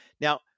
Now